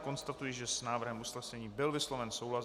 Konstatuji, že s návrhem usnesení byl vysloven souhlas.